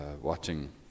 watching